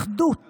אחדות